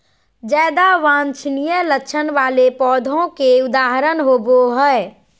ज्यादा वांछनीय लक्षण वाले पौधों के उदाहरण होबो हइ